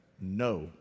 no